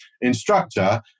instructor